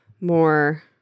more